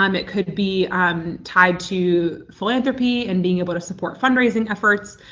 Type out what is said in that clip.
um it could be tied to philanthropy and being able to support fundraising efforts.